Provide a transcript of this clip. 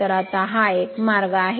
तर आता हा एक मार्ग आहे